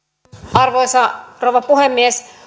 arvoisa rouva puhemies